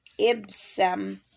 Ibsam